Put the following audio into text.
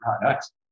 products